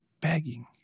begging